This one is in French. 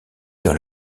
dans